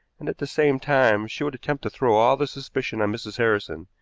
and at the same time she would attempt to throw all the suspicion on mrs. harrison,